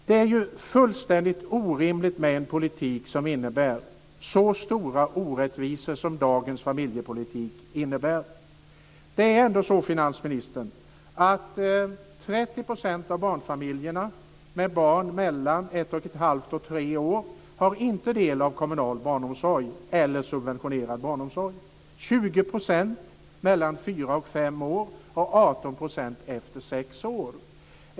Det är fullständigt orimligt med en politik som innebär så stora orättvisor som dagens familjepolitik innebär. Det är ändå så, finansministern, att 30 % av barnfamiljerna med barn mellan ett och ett halvt och tre år inte får del av kommunal barnomsorg eller subventionerad barnomsorg, 20 % av barnfamiljerna med barn mellan fyra och fem år och 18 % av barnfamiljerna med barn över sex år.